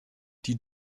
die